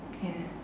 ya